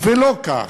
ולא כך.